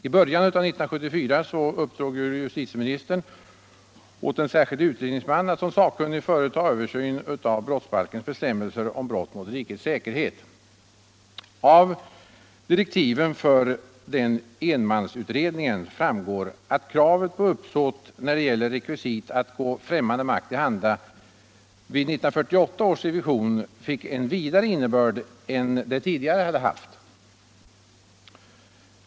I början av 1974 uppdrog justitieministern åt en särskild utredningsman att som sakkunnig företa en översyn av brottsbalkens bestämmelser om brott mot rikets säkerhet. Av direktiven för den enmansutredningen framgår att kravet på uppsåt när det gäller rekvisitet ”att gå främmande makt till handa” vid 1948 års revision fick en vidare innebörd än det tidigare hade haft.